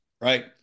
Right